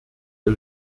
ihr